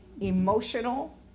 emotional